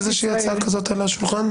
יש הצעה כזו על השולחן?